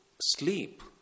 sleep